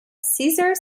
cesar